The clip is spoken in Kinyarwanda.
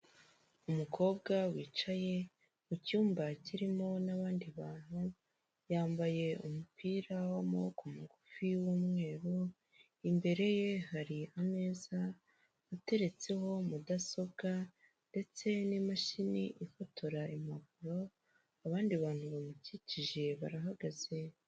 Umukobwa wicaye mu cyumba kirimo n'abandi bantu, yambaye umupira w'amaboko magufi w'umweru, imbere ye hari ameza ateretseho mudasobwa ndetse n'imashini ifotora impapuro, abandi bantu bamukikije barahagaze.